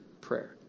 Prayer